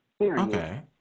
Okay